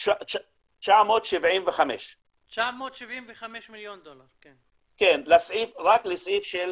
975. רק לסעיף של